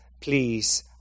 please